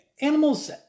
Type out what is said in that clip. animals